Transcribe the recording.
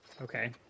Okay